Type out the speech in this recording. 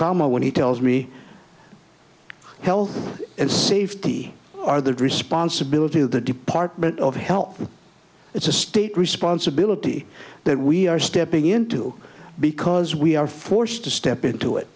okama when he tells me health and safety are the responsibility of the department of health it's a state responsibility that we are stepping into because we are forced to step into it